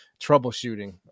troubleshooting